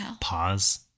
pause